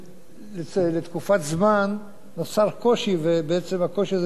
והקושי הזה גם מתורגם לסכנה של תאונות דרכים.